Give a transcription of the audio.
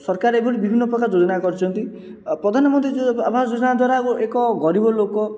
ସରକାର ଏହିଭଳି ବିଭିନ୍ନ ପ୍ରକାର ଯୋଜନା କରିଛନ୍ତି ପ୍ରଧାନମନ୍ତ୍ରୀ ଯୋଜନା ଆବାସ ଯୋଜନା ଦ୍ୱାରା ଏକ ଗରିବ ଲୋକ